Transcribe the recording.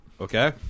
Okay